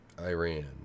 Iran